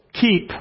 keep